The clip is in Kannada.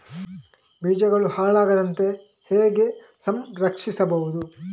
ಬೀಜಗಳು ಹಾಳಾಗದಂತೆ ಹೇಗೆ ಸಂರಕ್ಷಿಸಬಹುದು?